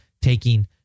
taking